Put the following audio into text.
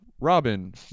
Robin